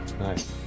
Nice